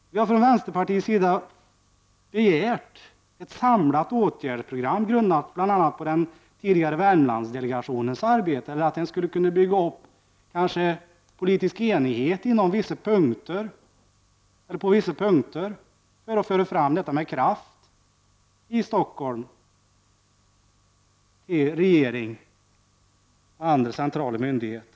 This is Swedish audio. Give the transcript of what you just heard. Vi har från vänsterpartiets sida begärt ett samlat åtgärdsprogram grundat bl.a. på den tidigare Värmlandsdelegationens arbete. Man skulle kanske kunna bygga upp politisk enighet på vissa punkter för att föra fram detta krav med kraft i Stockholm, till regeringen och andra centrala myndigheter.